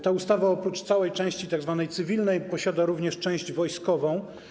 Ta ustawa oprócz całej części tzw. cywilnej posiada również część wojskową.